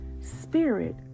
spirit